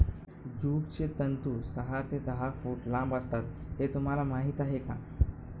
ज्यूटचे तंतू सहा ते दहा फूट लांब असतात हे तुम्हाला माहीत आहे का